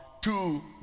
two